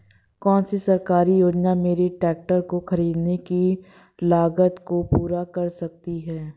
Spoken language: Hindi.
कौन सी सरकारी योजना मेरे ट्रैक्टर को ख़रीदने की लागत को पूरा कर सकती है?